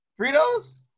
Fritos